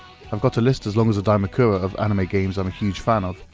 i've got to list as long as a dakimakura of anime games i'm a huge fan of,